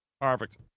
Perfect